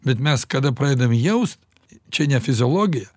bet mes kada pradedam jaust čia ne fiziologija